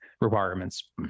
requirements